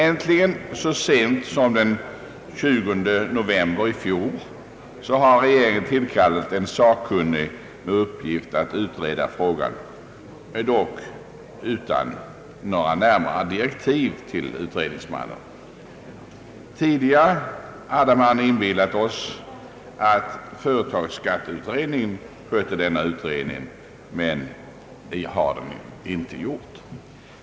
Äntligen, så sent som den 20 november i fjol, har regeringen tillkallat en sakkunnig med uppgift att utreda frågan, dock utan några närmare direktiv till utredningsmannen, Tidigare hade man inbillat oss att företagsskatteutredningen skötte denna utredning, men det har den inte gjort.